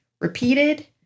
repeated